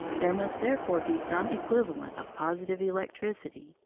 there must therefore be some equivalent of positive electricity,